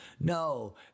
No